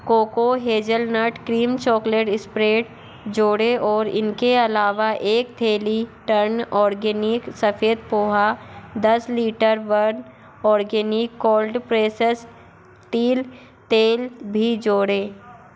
cocoa hazelnut cream chocolate spread जोड़ें और इनके अलावा एक थैली टर्न ऑर्गेनिक सफेद पोहा दस litre one organic cold pressed तिल तेल भी जोड़ें